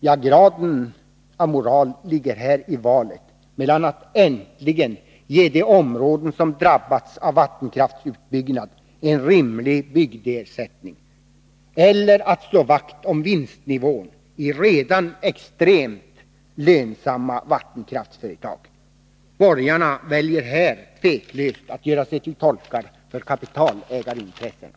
Ja, graden av moral ligger här i valet mellan att äntligen ge de områden som drabbats av vattenkraftsutbyggnad en rimlig bygdeersättning, eller att slå vakt om vinstnivån i redan extremt lönsamma vattenkraftföretag. Borgarna väljer här tveklöst att göra sig till tolkar för kapitalägarintressena.